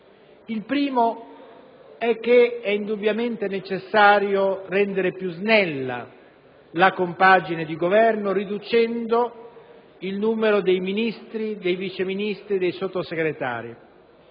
Il primo è che è necessario rendere più snella la compagine di Governo, riducendo il numero dei Ministri, dei Vice ministri e dei Sottosegretari.